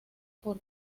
por